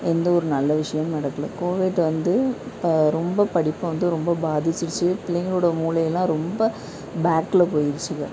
எந்த ஒரு நல்ல விஷயமும் நடக்கலை கோவிட் வந்து இப்போ ரொம்ப படிப்பை வந்து ரொம்ப பாதிச்சிடுச்சு பிள்ளைங்களோடய மூளையெல்லாம் ரொம்ப பேக்ல போயிடுச்சிங்க